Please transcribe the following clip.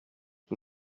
que